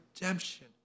redemption